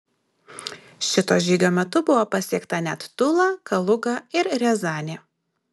šito žygio metu buvo pasiekta net tula kaluga ir riazanė